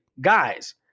guys